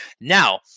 now